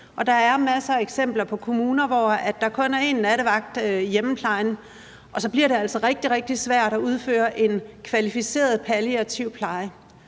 Der er masser af eksempler på kommuner, hvor der kun er en nattevagt i hjemmeplejen, og så bliver det altså rigtig, rigtig svært at udføre en kvalificeret palliativ pleje.